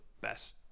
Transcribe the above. best